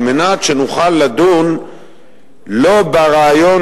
על מנת שנוכל לדון לא ברעיון,